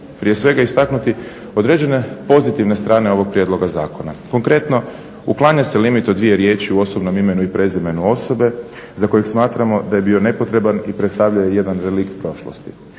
prije svega istaknuti određene pozitivne strane ovog prijedloga zakona. Konkretno, uklanja se limit od dvije riječi u osobnom imenu i prezimenu osobe za kojeg smatramo da je bio nepotreban i predstavljao je jedan relikt prošlosti.